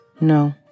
No